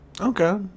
Okay